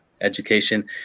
education